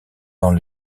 dans